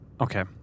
Okay